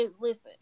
listen